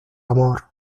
amor